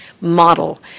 model –